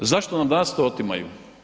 Zašto nam danas to otimaju?